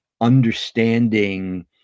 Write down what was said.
understanding